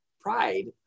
pride